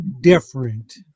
different